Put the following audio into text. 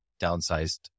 downsized